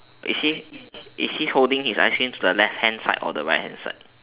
is he is he holding his ice cream to the left hand side or the right hand side